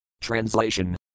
Translation